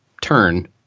turn